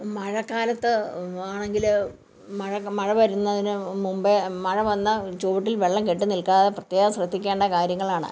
മഴക്കാലത്ത് ആണെങ്കിൽ മഴ മഴ വരുന്നതിന് മുമ്പേ മഴ വന്നാൽ ചുവട്ടിൽ വെള്ളം കെട്ടി നിൽക്കാതെ പ്രത്യേകം ശ്രദ്ധിക്കേണ്ട കാര്യങ്ങളാണ്